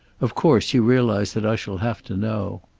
of course, you realize that i shall have to know.